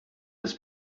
des